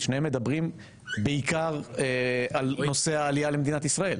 שתיהן מדברות בעיקר על נושא העלייה למדינת ישראל.